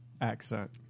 accent